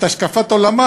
את השקפת עולמה,